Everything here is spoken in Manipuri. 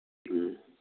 ꯎꯝ